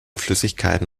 flüssigkeiten